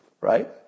Right